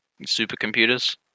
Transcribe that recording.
supercomputers